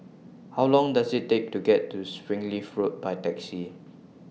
How Long Does IT Take to get to Springleaf Road By Taxi